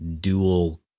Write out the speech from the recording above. dual